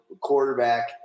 quarterback